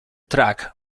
track